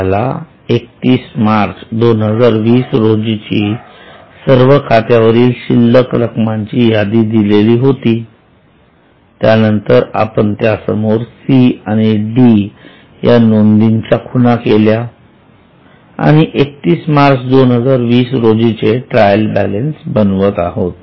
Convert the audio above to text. आपल्याला 31 मार्च 2020 रोजीची सर्व खात्यावरील शिल्लक रकमांची यादी दिलेली होती त्यानंतर आपण त्यासमोर सी आणि डी या नोंदीच्या खुणा केल्या आणि 31 मार्च 2020 रोजीचे ट्रायल बॅलन्स बनवत आहोत